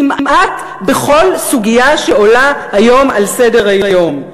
כמעט בכל סוגיה שעולה היום על סדר-היום.